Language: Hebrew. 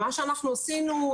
מה שאנחנו עשינו,